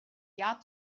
jahr